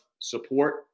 support